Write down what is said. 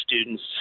students